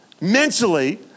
mentally